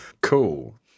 Cool